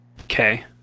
Okay